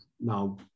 Now